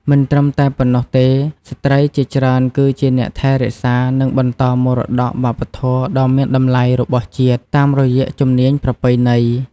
មិនត្រឹមតែប៉ុណ្ណោះទេ ស្ត្រីជាច្រើនគឺជាអ្នកថែរក្សា និងបន្តមរតកវប្បធម៌ដ៏មានតម្លៃរបស់ជាតិតាមរយៈជំនាញប្រពៃណី។